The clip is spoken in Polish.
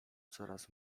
coraz